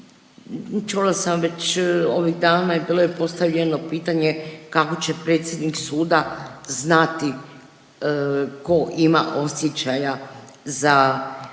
Čula sam već ovih dana i bilo je postavljeno pitanje kako će predsjednik suda znati ko ima osjećaja za